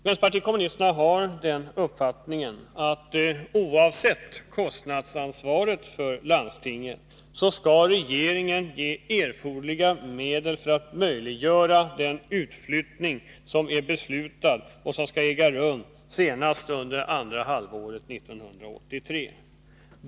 Vänsterpartiet kommunisterna har den uppfattningen att oavsett kostnadsansvaret för landstinget skall regeringen ge erforderliga medel för att möjliggöra den utflyttning som är beslutad och som skall äga rum senast under andra halvåret 1983.